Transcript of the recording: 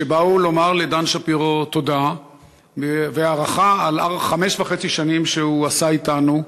שבאו לומר לדן שפירו תודה והערכה על חמש וחצי שנים שהוא עשה אתנו,